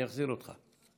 אני אחזיר אותך.